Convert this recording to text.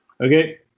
Okay